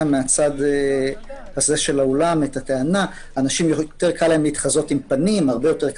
מהצד הזה של האולם את הטענה שלאנשים הרבה יותר קל להתחזות עם פנים.